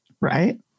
Right